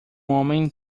homem